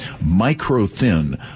micro-thin